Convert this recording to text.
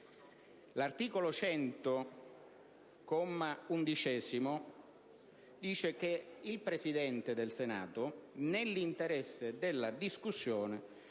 stabilisce che il Presidente del Senato, nell'interesse della discussione,